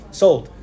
sold